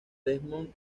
desmond